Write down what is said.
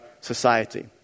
society